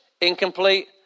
incomplete